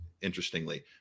interestingly